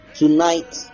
tonight